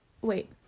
wait